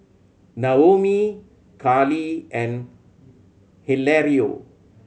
Naomi Carlee and Hilario